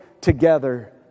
together